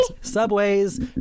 Subway's